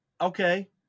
Okay